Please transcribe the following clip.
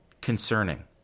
concerning